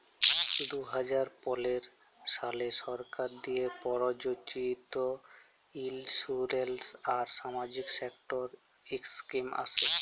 দু হাজার পলের সালে সরকার দিঁয়ে পরযোজিত ইলসুরেলস আর সামাজিক সেক্টর ইস্কিম আসে